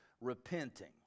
repenting